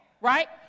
right